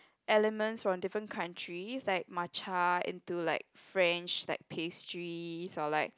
elements from different countries like matcha into like French like pastries or like